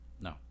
No